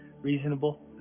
Reasonable